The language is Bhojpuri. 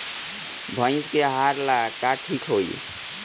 भइस के आहार ला का ठिक होई?